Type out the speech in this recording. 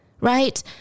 right